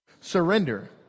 Surrender